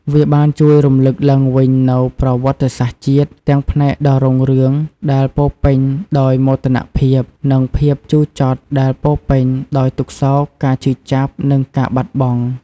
វាបានជួយរំឭកឡើងវិញនូវប្រវត្តិសាស្ត្រជាតិ ទាំងផ្នែកដ៏រុងរឿងដែលពោរពេញដោយមោទនភាព និងភាពជូរចត់ដែលពោរពេញដោយទុក្ខសោក ការឈឺចាប់ និងការបាត់បង់។